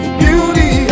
beauty